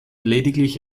lediglich